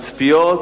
תצפיות